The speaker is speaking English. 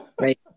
Right